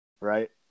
right